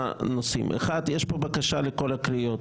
אחת, יש פה בקשה לכל הקריאות.